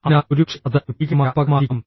അതിനാൽ ഒരുപക്ഷേ അത് ഒരു ഭീകരമായ അപകടമായിരിക്കാം